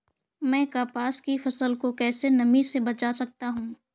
मैं कपास की फसल को कैसे नमी से बचा सकता हूँ?